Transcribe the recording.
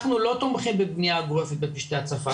אנחנו לא תומכים בבנייה גורפת בפשטי הצפה,